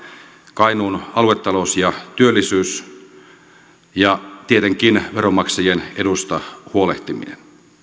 kainuun aluetalous ja työllisyys ja tietenkin veronmaksajien edusta huolehtiminen